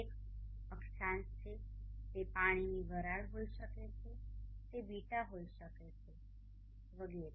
એક અક્ષાંશ છે તે પાણીની વરાળ હોઈ શકે છે તે બીટા હોઈ શકે છે વગેરે